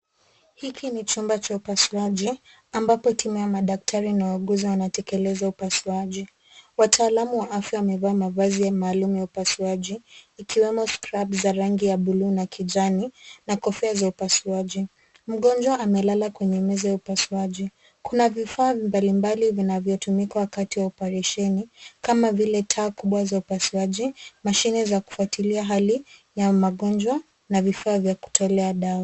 Hiki ni chumba cha upasuaji ambapo timu ya madaktari na wauguzi wanatekeleza upasuaji. Wataalamu wa afya wamevaa mavazi maalum ya upasuaji ikiwemo scrubs za rangi ya bluu na kijani, na kofia za upasuaji. Mgonjwa amelala kwenye meza ya upasuaji. Kuna vifaa mbalimbali vinavyotumika wakati wa operesheni kama vile taa kubwa za upasuaji mashine za kufuatilia hali ya magonjwa na vifaa vya kutolea dawa.